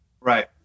Right